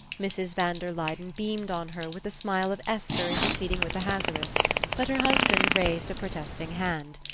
mrs. van der luyden beamed on her with the smile of esther interceding with ahasuerus but her husband raised a protesting hand.